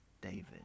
David